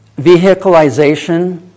vehicleization